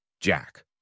Jack